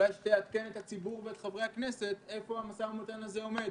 שתעדכן את חברי הכנסת ואת הציבור איפה המשא ומתן הזה עומד,